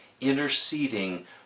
interceding